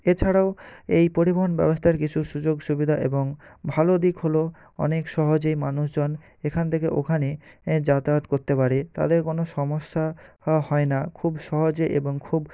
এছাড়াও এই পরিবহন ব্যবস্থার কিছু সুযোগ সুবিধা এবং ভালো দিক হল অনেক সহজেই মানুষজন এখান থেকে ওখানে যাতায়াত করতে পারে তাদের কোনো সমস্যা হয় না খুব সহজে এবং খুব